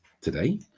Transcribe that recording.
today